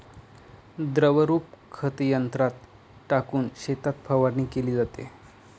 द्रवरूप खत यंत्रात टाकून शेतात फवारणी केली जाते